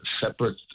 separate